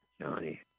Johnny